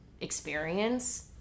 experience